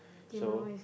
so